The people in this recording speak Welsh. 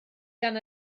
gan